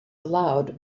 allowed